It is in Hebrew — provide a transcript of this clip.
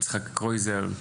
ליצחק קרויזר,